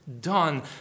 done